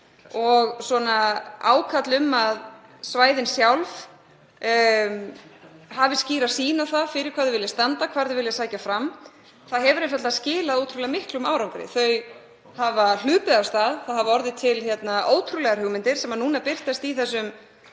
það er ákall um að svæðin sjálf hafi skýra sýn á það fyrir hvað þau vilja standa, hvar þau vilja sækja fram. Það hefur einfaldlega skilað ótrúlega miklum árangri. Þau hafa hlaupið af stað. Það hafa orðið til ótrúlegar hugmyndir sem nú birtast í